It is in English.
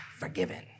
forgiven